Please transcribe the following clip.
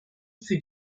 für